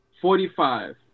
Forty-five